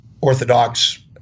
orthodox